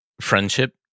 friendship